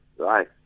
Right